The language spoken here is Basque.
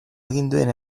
aginduen